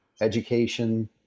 education